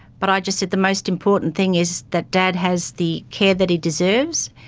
but i just said the most important thing is that dad has the care that he deserves.